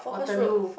Waterloo